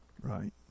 Right